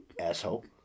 asshole